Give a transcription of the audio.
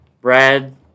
Brad